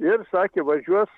ir sakė važiuos